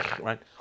right